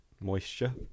Moisture